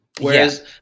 Whereas